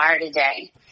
today